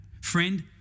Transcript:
friend